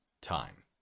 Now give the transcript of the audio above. time